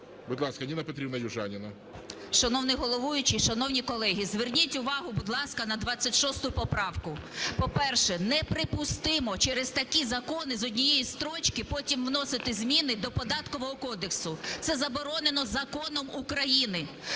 Будь ласка, Ніна Петрівна Южаніна. 12:57:38 ЮЖАНІНА Н.П. Шановний головуючий, шановні колеги, зверніть увагу, будь ласка, на 26 поправку. По-перше, неприпустимо через такі закони з однієї строчки потім вносити зміни до Податкового кодексу, це заборонено законом України.